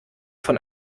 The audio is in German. von